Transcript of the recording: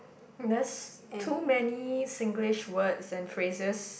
there's too many Singlish words and phrases